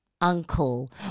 uncle